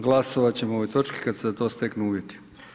Glasovat ćemo o ovoj točci kad se za to steknu uvjeti.